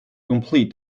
complete